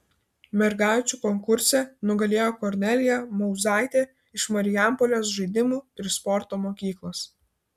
mergaičių konkurse nugalėjo kornelija mauzaitė iš marijampolės žaidimų ir sporto mokyklos